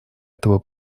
этого